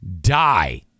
die